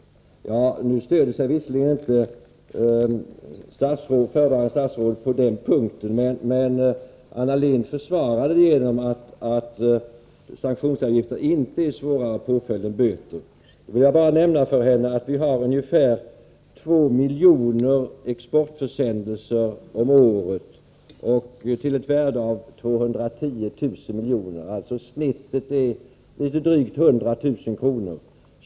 Föredragande statsrådet stöder sig visserligen inte just på detta, men Anna Lindh försvarade förslaget genom att framhålla att sanktionsavgifter inte är svårare påföljd än böter. Jag vill då nämna för henne att vi har 2 miljoner 1 exportförsändelser om året till ett värde av 210 000 milj.kr. Genomsnittsvärdet är alltså litet drygt 100 000 kr.